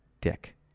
dick